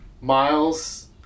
Miles